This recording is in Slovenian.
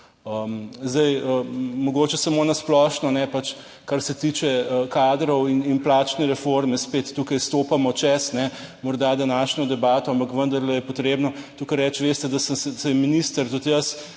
Zdaj, mogoče samo na splošno, pač, kar se tiče kadrov in plačne reforme, spet tukaj stopamo čez morda današnjo debato, ampak vendarle je potrebno tukaj reči, veste, da sem se je minister, tudi jaz